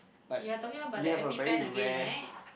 ya talking about the epic pant again right